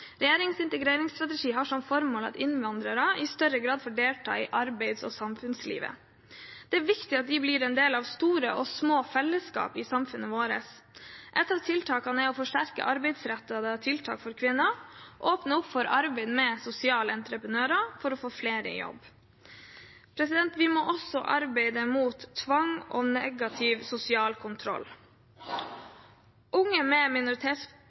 Regjeringens integreringsstrategi har som formål at innvandrere i større grad får delta i arbeids- og samfunnslivet. Det er viktig at de blir en del av store og små fellesskap i samfunnet vårt. Et av tiltakene er å forsterke arbeidsrettede tiltak for kvinner og åpne opp for arbeid med sosiale entreprenører for å få flere i jobb. Vi må også arbeide mot tvang og negativ sosial kontroll. Unge med